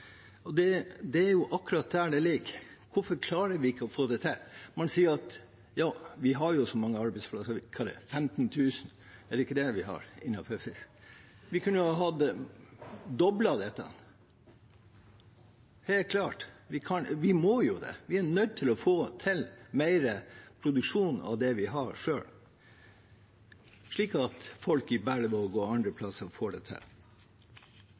Det er akkurat der det ligger. Hvorfor klarer vi ikke å få det til? Man sier at vi har så mange arbeidsplasser – 15 000, er det ikke det vi har innenfor fiske? Vi kunne ha doblet dette, det er klart at vi må jo det. Vi er nødt til å få til mer produksjon av det vi har selv, slik at folk i Berlevåg og andre plasser får det til.